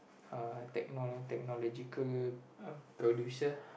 uh techno~ technological uh producer